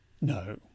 No